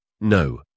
No